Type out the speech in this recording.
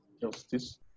justice